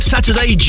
Saturday